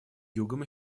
югом